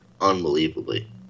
unbelievably